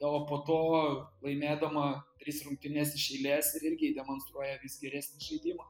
o po to laimėdama tris rungtynes iš eilės ir irgi demonstruoja vis geresnį žaidimą